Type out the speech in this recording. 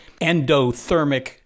endothermic